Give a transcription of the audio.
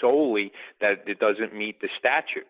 soley that doesn't meet the statute